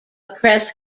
press